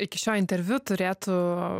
iki šio interviu turėtu